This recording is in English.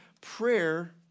prayer